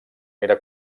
era